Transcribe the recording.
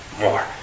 more